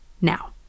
Now